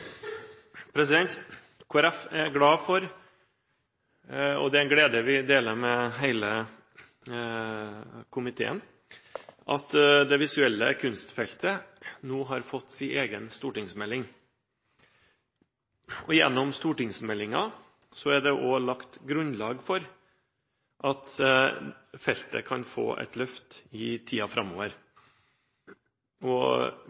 Kristelig Folkeparti er glad for – og det er en glede vi deler med hele komiteen – at det visuelle kunstfeltet nå har fått sin egen stortingsmelding. Gjennom stortingsmeldingen er det også lagt grunnlag for at feltet kan få et løft i tiden framover.